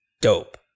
dope